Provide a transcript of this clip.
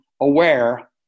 aware